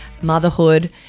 motherhood